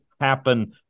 happen